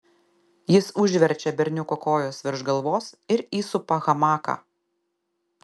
jis užverčia berniuko kojas virš galvos ir įsupa hamaką